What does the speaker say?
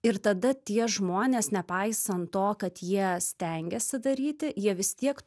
ir tada tie žmonės nepaisant to kad jie stengiasi daryti jie vis tiek